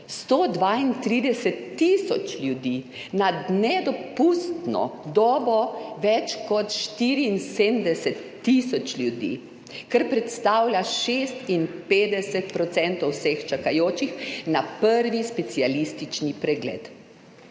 132 tisoč ljudi, nad dopustno dobo več kot 74 tisoč ljudi, kar predstavlja 56 % vseh čakajočih na prvi specialistični pregled.